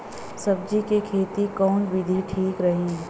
सब्जी क खेती कऊन विधि ठीक रही?